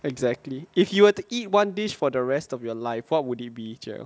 exactly if you were to eat one dish for the rest of your life what would it be jarrell